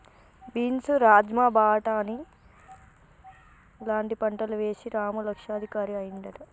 beans rajma బాటని లాంటి పంటలు వేశి రాము లక్షాధికారి అయ్యిండట